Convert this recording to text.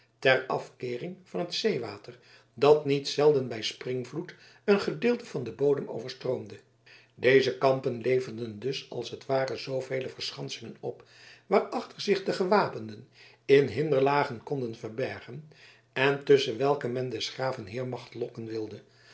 ter afkeering van het zeewater dat niet zelden bij springvloed een gedeelte van den bodem overstroomde deze kampen leverden dus als het ware zoovele verschansingen op waarachter zich de gewapenden in hinderlagen konden verbergen en tusschen welke men des graven heirmacht lokken wilde